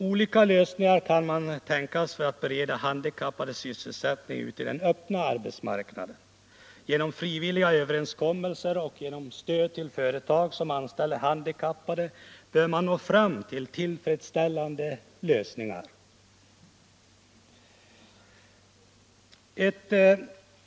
Olika lösningar kan tänkas för att bereda handikappade sysselsättning ute i den öppna arbetsmarknaden. Genom frivilliga överenskommelser och genom stöd till företag som anställer handikappade bör man nå fram till tillfredsställande lösningar.